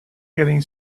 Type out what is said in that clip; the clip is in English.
getting